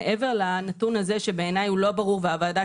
מעבר לנתון הזה שבעיניי הוא לא ברור והוועדה